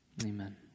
Amen